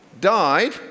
died